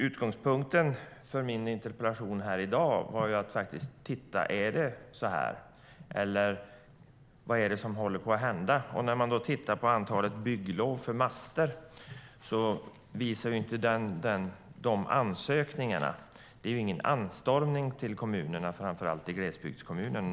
Utgångspunkten för min interpellation här i dag var att titta på om det är så här. Eller vad är det som håller på att hända? När man tittar på antalet bygglov för master visar det sig att det inte är någon anstorm av ansökningarna till kommunerna, framför allt när det gäller glesbygdskommunerna.